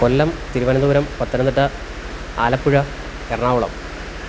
Kollam Thiruvananthapuram Pathanamthitta Alappuzha Ernakulam